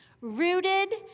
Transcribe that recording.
rooted